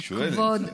היא שואלת.